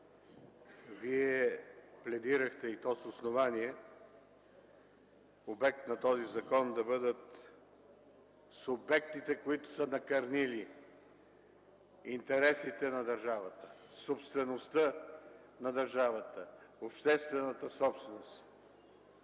Вие пледирахте, и то с основание, обект на този закон да бъдат субектите, които са накърнили интересите на държавата, собствеността на държавата, обществената собственост.